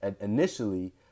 initially